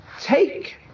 take